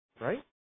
Right